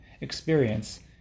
experience